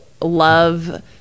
love